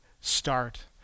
start